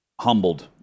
humbled